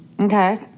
Okay